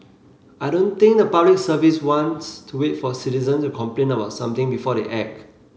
I don't think the Public Service wants to wait for citizens to complain about something before they act